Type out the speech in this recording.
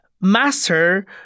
master